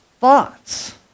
thoughts